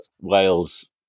Wales